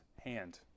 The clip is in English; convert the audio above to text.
hand